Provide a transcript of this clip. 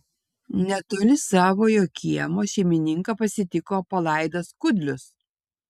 netoli savojo kiemo šeimininką pasitiko palaidas kudlius